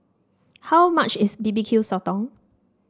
how much is B B Q Sotong